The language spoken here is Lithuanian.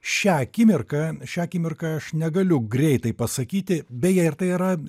šią akimirką šią akimirką aš negaliu greitai pasakyti beje ir tai yra